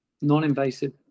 Non-invasive